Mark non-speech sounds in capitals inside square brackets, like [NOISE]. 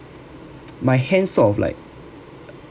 [NOISE] my hands sort of like